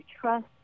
trust